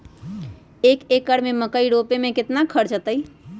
एक एकर में मकई रोपे में कितना खर्च अतै?